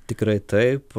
tikrai taip